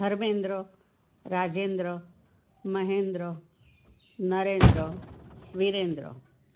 Dharmendra Rajendra Mahendra Narendra Virendra